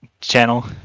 channel